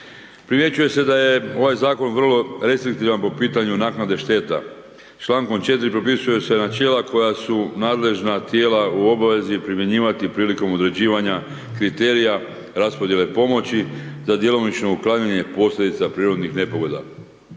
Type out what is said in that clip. Primjećuje se da je ovaj Zakon vrlo recitativan po pitanju naknade šteta. Člankom 4. propisuje se načela koja su nadležna tijela u obvezi primjenjivati prilikom određivanja kriterija raspodjele pomoći za djelomično uklanjanje posljedica prirodnih nepogoda.